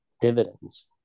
dividends